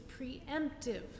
preemptive